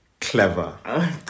clever